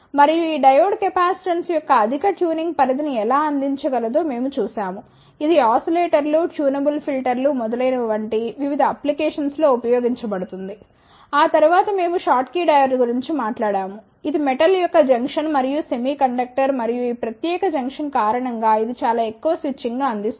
మరియు ఈ diode capacitance యొక్క అధిక ట్యూనింగ్ పరిధిని ఎలా అందించగలదో మేము చూశాము ఇది ఓసిలేటర్లు ట్యూనబుల్ ఫిల్టర్ లు మొదలైనవి వంటి వివిధ అప్లికేషన్స్ లో ఉపయోగించబడుతుంది ఆ తరువాత మేము షాట్ కీ డయోడ్ గురించి మాట్లాడాము ఇది మెటల్ యొక్క జంక్షన్ మరియు సెమీకండక్టర్ మరియు ఈ ప్రత్యేక జంక్షన్ కారణం గా ఇది చాలా ఎక్కువ స్విచ్చింగ్ను అందిస్తుంది